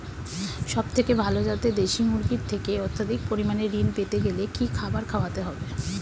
সবথেকে ভালো যাতে দেশি মুরগির থেকে অত্যাধিক পরিমাণে ঋণ পেতে গেলে কি খাবার খাওয়াতে হবে?